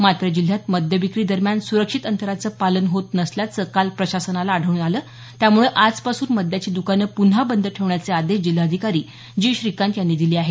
मात्र जिल्ह्यात मद्यविक्री दरम्यान सुरक्षित अंतराचं पालन होत नसल्याचं काल प्रशासनाला आढळून आलं त्यामुळे आजपासून मद्याची दुकानं प्न्हा बंद ठेवण्याचे आदेश जिल्हाधिकारी जी श्रीकांत यांनी दिले आहेत